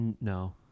No